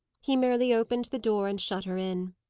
he merely opened the door, and shut her in.